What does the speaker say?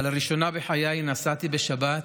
שבה לראשונה בחיי נסעתי בשבת